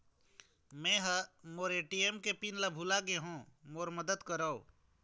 मै ह मोर ए.टी.एम के पिन ला भुला गे हों मोर मदद करौ